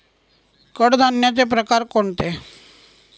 कडधान्याचे प्रकार कोणते?